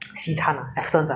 就 try 这个拉面 lor